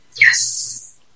Yes